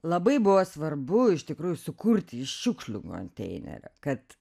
labai buvo svarbu iš tikrųjų sukurti iš šiukšlių konteinerio kad